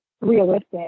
realistic